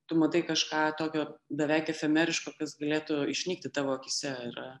tu matai kažką tokio beveik efemeriško kas galėtų išnykti tavo akyse ir